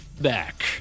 back